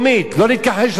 איך מונעים את זה?